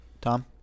Tom